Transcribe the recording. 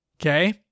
Okay